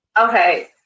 Okay